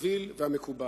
הקביל והמקובל.